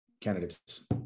candidates